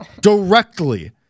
Directly